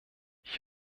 ich